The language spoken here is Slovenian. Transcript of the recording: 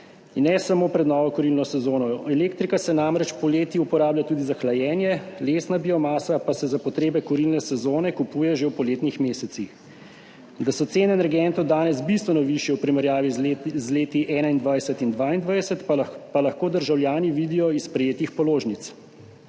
In ne samo pred novo kurilno sezono, elektrika se namreč poleti uporablja tudi za hlajenje, lesna biomasa pa se za potrebe kurilne sezone kupuje že v poletnih mesecih. Da so cene energentov danes bistveno višje v primerjavi z leti 2021 in 2022, pa lahko državljani vidijo iz prejetih položnic.